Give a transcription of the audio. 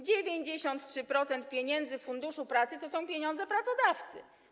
93% pieniędzy w Funduszu Pracy to są pieniądze pracodawcy.